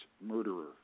murderer